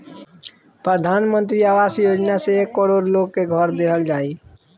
प्रधान मंत्री आवास योजना से एक करोड़ लोग के घर देहल जाई